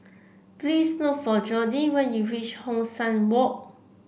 please look for Jordy when you reach Hong San Walk